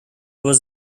was